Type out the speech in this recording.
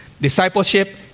Discipleship